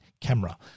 camera